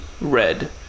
red